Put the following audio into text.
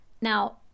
Now